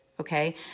okay